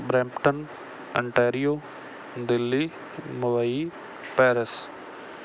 Brampton Ontario Delhi Mumbai Paris